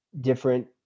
different